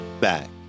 back